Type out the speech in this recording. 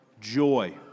Joy